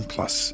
Plus